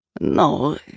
No